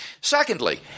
Secondly